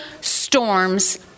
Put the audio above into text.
storms